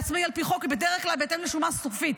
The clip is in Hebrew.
לעצמאי על פי החוק היא בדרך כלל בהתאם לשומה הסופית.